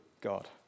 God